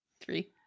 Three